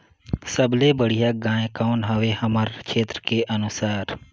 सबले बढ़िया गाय कौन हवे हमर क्षेत्र के अनुसार?